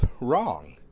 wrong